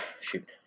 Shoot